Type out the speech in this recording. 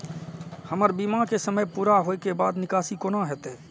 हमर बीमा के समय पुरा होय के बाद निकासी कोना हेतै?